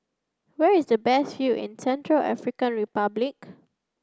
where is the best view in Central African Republic